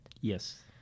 Yes